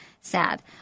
Sad